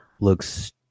Looks